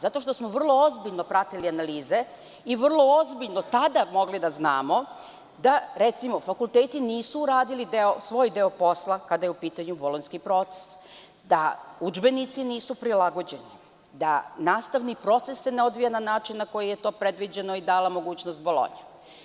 Zato što smo vrlo ozbiljno pratili analize i vrlo ozbiljno tada mogli da znamo da recimo fakulteti nisu uradili svoj deo posla kada je u pitanju Bolonjski proces, da udžbenici nisu prilagođeni, da nastavni proces se ne odvija na način na koji je to predviđeno i dala mogućnost Bolonji.